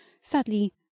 sadly